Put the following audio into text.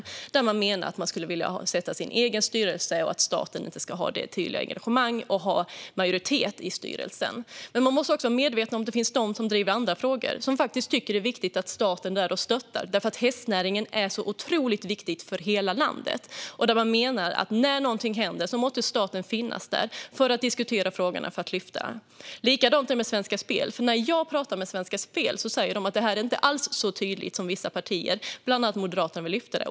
Man menar att man skulle vilja tillsätta sin egen styrelse och att staten inte ska ha det tydliga engagemanget med en majoritet i styrelsen. Man måste dock även vara medveten om att det finns de som driver andra frågor och som faktiskt tycker att det är viktigt att staten är där och stöttar, eftersom hästnäringen är så otroligt viktig för hela landet. Om något händer, menar man, måste staten finnas där för att lyfta och diskutera frågorna. Likadant är det med Svenska Spel. När jag pratar med dem säger de att detta inte alls är så tydligt som vissa partier, bland annat Moderaterna, vill lyfta fram.